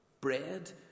Bread